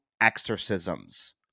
exorcisms